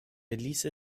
ließe